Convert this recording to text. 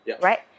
right